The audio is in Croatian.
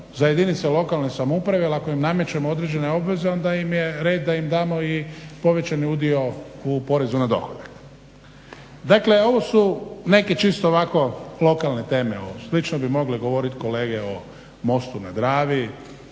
za jedinice lokalne samouprave jer ako im namećemo određene obveze onda im je red da im damo i povećani udio u porezu na dohodak. Dakle ovo su neke čisto ovako lokalne teme, slično bi mogli govoriti kolege o mostu na Dravi,